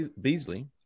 Beasley